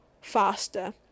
faster